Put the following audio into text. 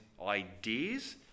ideas